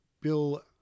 Bill